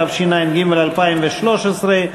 התשע"ג 2013,